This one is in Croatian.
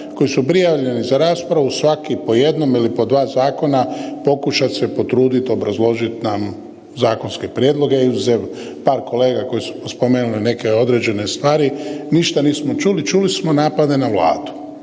koji su prijavljeni za raspravu svaki po jednom ili po dva zakona pokušati se potruditi obrazložiti nam zakonske prijedloge i uz evo, par kolega koji su spomenuli neke određene stvari, ništa nismo čuli. Čuli smo napade na Vladu.